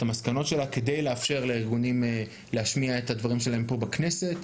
מסקנותיה כדי לאפשר לארגונים להשמיע את דבריהם בכנסת.